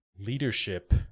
Leadership